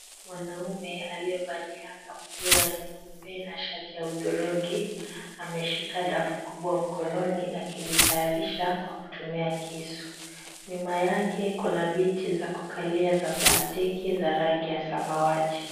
Mwanaume aliyevalia kaptura nyeupe na shati ya hudhurungi, ameshika dafu kubwa mkononi akilitayarisha kwa kutumia kisu. Nyuma yake kuna viti za kukalia za plastiki za rangi ya samawati.